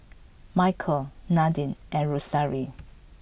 Michaele Nadine and Rosaria